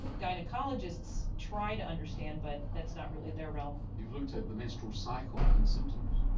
gynaecologists try to understand, but that's not really their realm. you've looked at the menstrual cycle and symptoms?